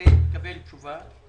שאני אקבל תשובה.